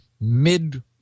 mid